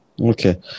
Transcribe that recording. Okay